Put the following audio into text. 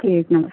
ठीक नमस्ते